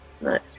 Nice